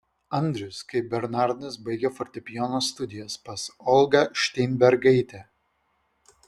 andrius kaip bernardas baigė fortepijono studijas pas olgą šteinbergaitę